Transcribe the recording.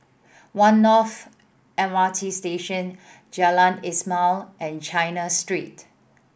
One North M R T Station Jalan Ismail and China Street